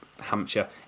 Hampshire